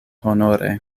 honore